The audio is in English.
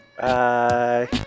bye